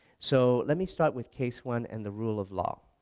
so let me start with case one and the rule of law.